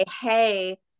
Hey